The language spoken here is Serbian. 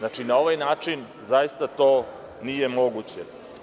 Na ovaj način zaista to nije moguće.